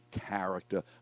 character